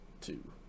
two